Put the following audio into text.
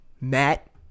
Matt